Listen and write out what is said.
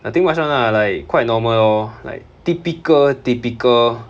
nothing much [one] lah like quite normal lor like typical typical